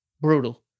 Brutal